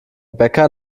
bäcker